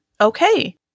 Okay